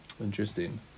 Interesting